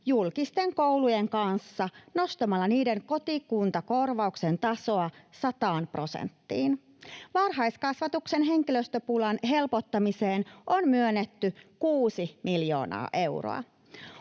julkisten koulujen kanssa nostamalla niiden kotikuntakorvauksen tasoa 100 prosenttiin. Varhaiskasvatuksen henkilöstöpulan helpottamiseen on myönnetty 6 miljoonaa euroa.